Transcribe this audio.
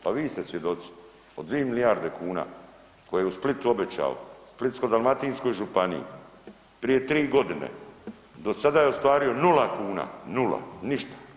Pa vi ste svjedoci, od 2 milijarde kuna koje je u Splitu obećao Splitsko-dalmatinskoj županiji prije 3.g. do sada je ostvario nula kuna, nula, ništa.